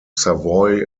savoy